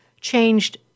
changed